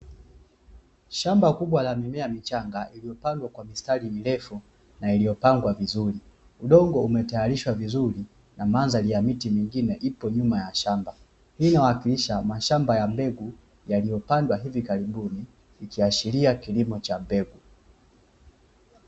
Shamba kubwa la mimea michanga, iliyopandwa kwa mistari mirefu na iliyopangwa vizuri, udongo umetayarishwa vizuri, na mandhari ya miti mingine ipo nyuma ya shamba, hii inawakilisha mashamba ya mbegu yaliyopandwa hivi karibuni, ikiashiria kilimo cha mbegu.